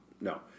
No